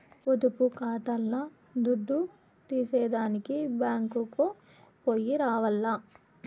పొదుపు కాతాల్ల దుడ్డు తీసేదానికి బ్యేంకుకో పొయ్యి రావాల్ల